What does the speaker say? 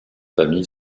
famille